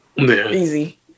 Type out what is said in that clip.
Easy